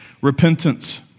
repentance